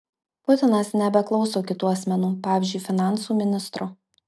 putinas nebeklauso kitų asmenų pavyzdžiui finansų ministro